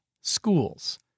schools